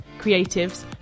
creatives